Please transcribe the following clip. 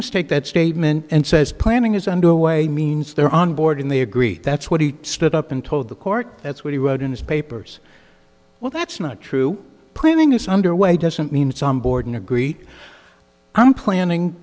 fs take that statement and says planning is underway means they're on board in the agree that's what he stood up and told the court that's what he wrote in his papers well that's not true planning is underway doesn't mean it's on board and agree i'm planning